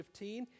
15